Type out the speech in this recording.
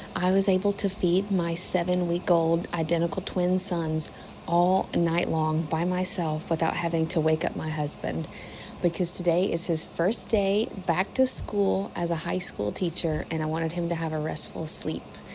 i was able to feed my seven week old, identical twin sons all night long by myself without having to wake up my husband because today is his first day back to school as a high school teacher. and i wanted him to have a restful sleep.